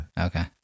Okay